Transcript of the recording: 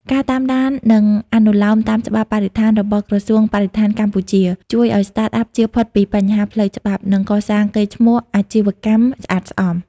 ការតាមដាន និងអនុលោមតាមច្បាប់បរិស្ថានរបស់ក្រសួងបរិស្ថានកម្ពុជា ជួយឱ្យ Startup ជៀសផុតពីបញ្ហាផ្លូវច្បាប់ និងកសាងកេរ្តិ៍ឈ្មោះជាអាជីវកម្មស្អាតស្អំ។